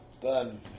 Done